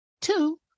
two